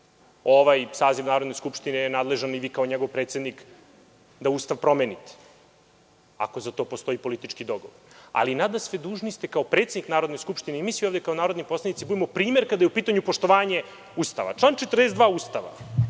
Ovaj saziv Narodne skupštine je nadležan i vi kao njegov predsednik da Ustav promenite ako za to postoji politički dogovor. Nadasve, dužni ste kao predsednik Narodne skupštine i mi svi ovde kao narodni poslanici da budemo primer kada je u pitanju poštovanje Ustava. Član 42. Ustava